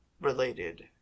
related